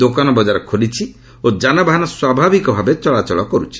ଦୋକାନ ବଜାର ଖୋଲିଛି ଓ ଯାନବାହନ ସ୍ୱାଭାବିକ ଭାବେ ଚଳାଚଳ କରୁଛି